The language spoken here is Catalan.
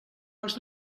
els